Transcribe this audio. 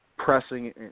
pressing